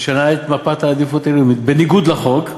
משנה את מפת העדיפות הלאומית בניגוד לחוק,